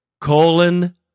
Colon